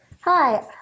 Hi